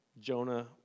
Jonah